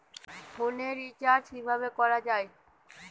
ফোনের রিচার্জ কিভাবে করা যায়?